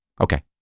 Okay